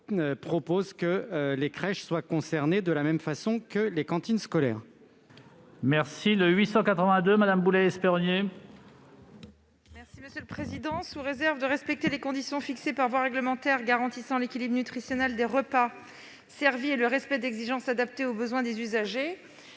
donc que les crèches soient concernées de la même façon que les cantines scolaires.